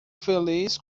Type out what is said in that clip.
feliz